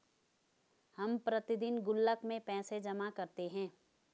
हम प्रतिदिन गुल्लक में पैसे जमा करते है